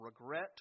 regret